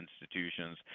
institutions